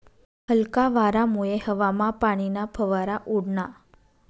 हलका वारामुये हवामा पाणीना फवारा उडना